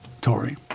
Tory